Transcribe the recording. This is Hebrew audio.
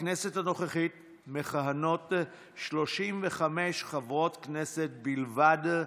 בכנסת הנוכחית מכהנות 35 חברות כנסת בלבד,